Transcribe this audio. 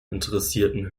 interessierten